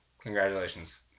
Congratulations